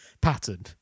pattern